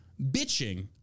bitching